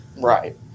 right